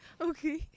Okay